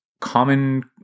common